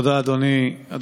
תודה, אדוני.